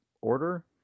order